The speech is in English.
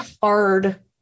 hard